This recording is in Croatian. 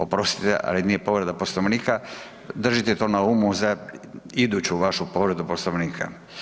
Oprostite ali nije povreda Poslovnika, držite to na umu za iduću vašu povredu Poslovnika.